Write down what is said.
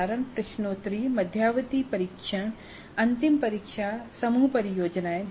उदाहरण प्रश्नोत्तरी मध्यावधि परीक्षण अंतिम परीक्षा समूह परियोजनाएं हैं